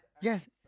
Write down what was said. Yes